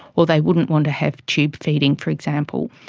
or they wouldn't want to have tube feeding, for example,